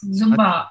zumba